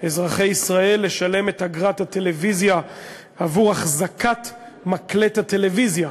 אזרחי ישראל לשלם את אגרת הטלוויזיה עבור החזקת מַקלט הטלוויזיה,